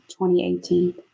2018